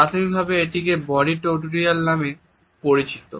প্রাথমিকভাবে এটিকে body territory নামে পরিচিত